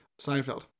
Seinfeld